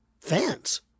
fans